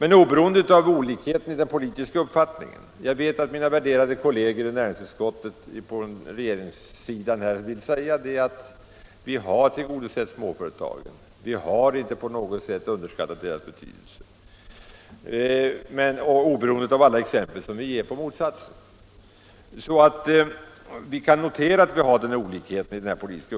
Nu vet jag att mina värderade socialdemokratiska kolleger i näringsutskottet kommer att säga att de har tillgodosett småföretagen och inte på något sätt underskattat deras betydelse, oavsett alla exempel vi ger på motsatsen. Vi kan då bara notera att vi har olika uppfattning om den förda politiken.